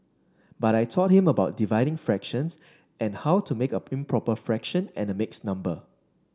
but I taught him about dividing fractions and how to make a improper fraction and mixed number